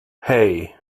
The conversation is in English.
hey